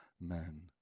men